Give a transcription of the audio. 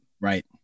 Right